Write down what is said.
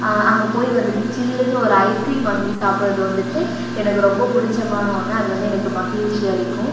அங்கே போய் வந்துட்டு ஜில்லுன்னு ஒரு ஐஸ்க்ரீம் வாங்கி சாப்பிட்றது வந்துட்டு எனக்கு ரொம்ப பிடிச்சமான ஒன்று அது வந்து எனக்கு மகிழ்ச்சி அளிக்கும்